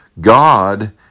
God